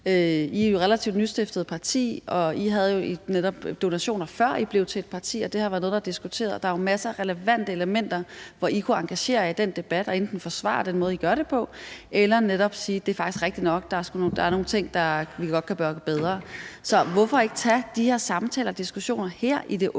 I er et relativt nystiftet parti, og I havde jo donationer, før I blev til et parti, og det har været noget, der er blevet diskuteret. Der er jo masser af relevante elementer, hvor I kunne engagere jer i den debat og enten forsvare den måde, I gør det på, eller netop sige, at det faktisk er rigtigt nok, at der er nogle ting, vi godt kan gøre bedre. Så hvorfor ikke tage de her samtaler og diskussioner her i det åbne